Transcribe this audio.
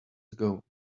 ago